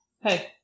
Hey